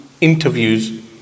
interviews